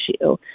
issue